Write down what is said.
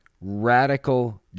radical